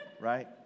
Right